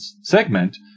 segment